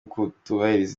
kutubahiriza